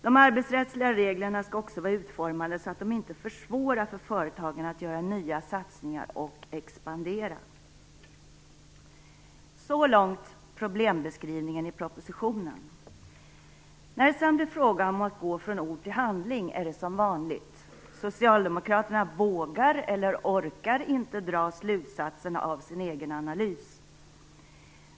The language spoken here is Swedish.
De arbetsrättsliga reglerna skall också vara utformade så att de inte försvårar för företagen att göra nya satsningar och expandera. Så långt problembeskrivningen i propositionen. När det sedan blir fråga om att gå från ord till handling är det som vanligt - socialdemokraterna vågar eller orkar inte dra slutsatserna av sin egen analys.